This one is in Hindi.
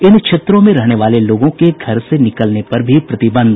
इन क्षेत्रों में रहने वाले लोगों के घर से निकलने पर भी प्रतिबंध